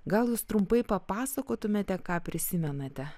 gal jūs trumpai papasakotumėte ką prisimenate